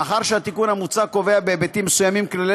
מאחר שהתיקון המוצע קובע בהיבטים מסוימים כללי